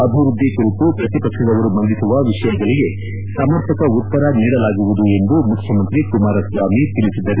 ಅಭಿವೃದ್ಧಿ ಕುರಿತು ಪ್ರತಿಪಕ್ಷದವರು ಮಂಡಿಸುವ ವಿಷಯಗಳಿಗೆ ಸಮರ್ಪಕ ಉತ್ತರ ನೀಡಲಾಗುವುದು ಎಂದು ಮುಖ್ಯಮಂತ್ರಿ ಕುಮಾರಸ್ನಾಮಿ ತಿಳಿಸಿದರು